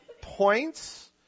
points